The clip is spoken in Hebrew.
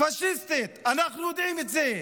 פשיסטית, אנחנו יודעים את זה.